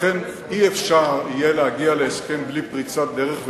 לכן לא יהיה אפשר להגיע להסכם בלי פריצת דרך,